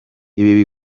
ibi